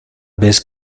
vez